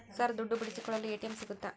Sir ದುಡ್ಡು ಬಿಡಿಸಿಕೊಳ್ಳಲು ATM ಸಿಗುತ್ತಾ?